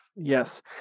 Yes